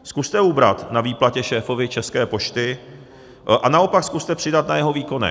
Zkuste ubrat na výplatě šéfovi České pošty a naopak zkuste přidat na jeho výkonech.